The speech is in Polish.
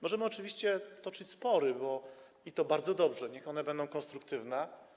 Możemy oczywiście toczyć spory, i to bardzo dobrze, niech one będą konstruktywne.